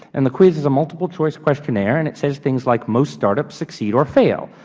and the quiz is a multiple choice questionnaire and it says things like most startups succeed or fail.